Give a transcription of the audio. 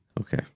Okay